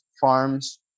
farms